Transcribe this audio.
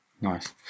Nice